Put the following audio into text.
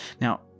Now